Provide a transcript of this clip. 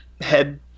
head